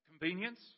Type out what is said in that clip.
convenience